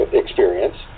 experience